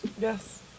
Yes